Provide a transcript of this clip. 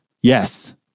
Yes